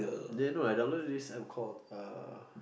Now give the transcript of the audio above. then when I download this App called